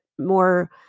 more